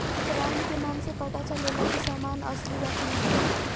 brand के नाम से पता चलेला की सामान असली बा कि नकली